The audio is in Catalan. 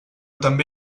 també